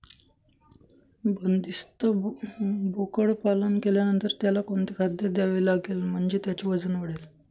बंदिस्त बोकडपालन केल्यानंतर त्याला कोणते खाद्य द्यावे लागेल म्हणजे त्याचे वजन वाढेल?